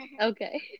Okay